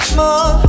more